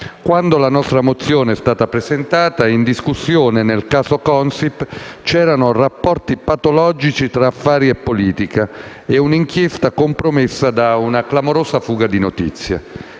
quando la nostra mozione è stata presentata, in discussione nel caso Consip c'erano rapporti patologici tra affari e politica e un'inchiesta compromessa da una clamorosa fuga di notizie.